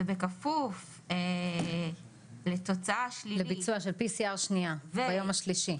בכפוף לתוצאה שלילית --- לביצוע של PCR שנייה ביום השלישי.